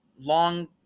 long